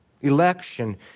election